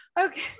okay